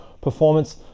performance